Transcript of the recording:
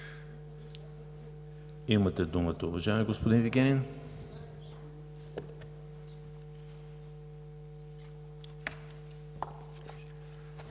Имате думата, уважаеми господин Вигенин.